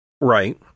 Right